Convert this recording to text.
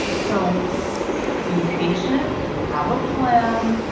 so be patient. have a plan.